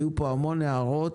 היו פה המון הערות.